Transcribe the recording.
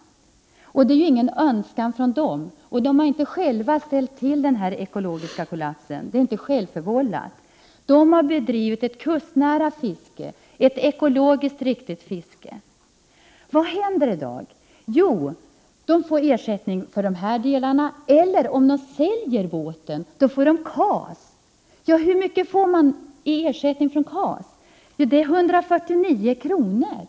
Det är ju inget som de har önskat. Det är inte heller de själva som har ställt till med denna ekologiska kollaps. Deras problem är inte självförvållade. De har bedrivit ett kustnära fiske, ett ekologiskt riktigt fiske: Det som i dag händer är att de får ersättning i de fall jag har nämnt. Om de säljer båten får de KAS. Hur mycket är då KAS? Jo, det är 149 kr. om dagen.